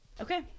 Okay